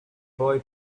boy